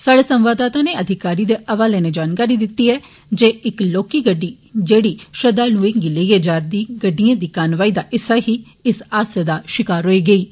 साढ़े संवाददाता नै अधिकारी दे हवाले थमां जानकारी दित्ती ऐ जे इक लौह्की गड्डी जेह्ड़ी श्रद्दालुएं गी लेइयै जा'रदी गड्डिएं दी कानवाई दा हिस्सा ही इस हादसे दा षकार होई गेई ऐ